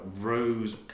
rose